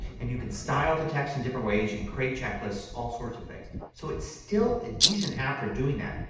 and you can style the text in different ways. you can create checklists. all sorts of things. so it's still a decent app for doing that.